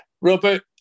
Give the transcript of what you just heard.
Robert